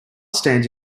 stands